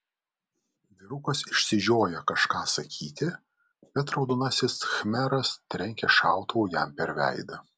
vyrukas išsižioja kažką sakyti bet raudonasis khmeras trenkia šautuvu jam per veidą